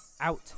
out